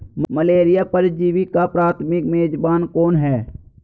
Malaria परजीवी का प्राथमिक मेजबान कौन है?